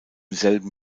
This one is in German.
selben